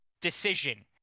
decision